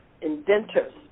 inventors